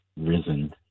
risen